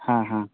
ᱦᱮᱸ ᱦᱮᱸ